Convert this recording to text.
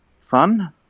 fun